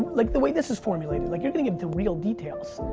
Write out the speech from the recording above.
like the way this is forming, like, like you're getting into real details.